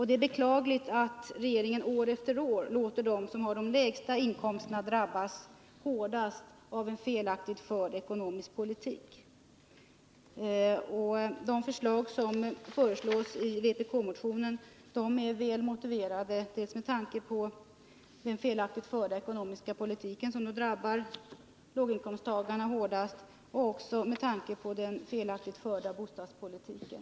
Det är beklagligt att regeringen år efter år låter dem som har de lägsta inkomsterna drabbas hårdast av en felaktigt förd ekonomisk politik. Förslagen i vpk-motionen är väl motiverade, dels med tanke på den felaktigt förda ekonomiska politiken, som drabbar låginkomsttagarna hårdast, dels med tanke på den felaktigt förda bostadspolitiken.